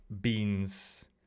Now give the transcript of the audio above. beans